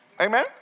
Amen